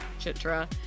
Chitra